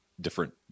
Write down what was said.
different